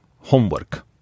homework